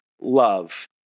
love